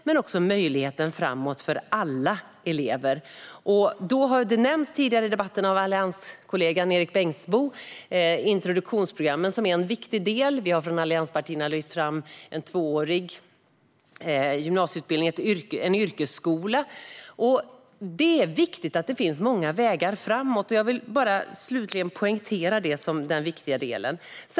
Men också möjligheten framåt för alla elever är viktig. Allianskollegan Erik Bengtzboe har tidigare i debatten nämnt introduktionsprogrammen. De är en viktig del. Vi har från allianspartierna lyft fram en tvåårig gymnasieutbildning - en yrkesskola. Det är viktigt att det finns många vägar framåt. Jag vill slutligen bara poängtera detta som den viktiga delen.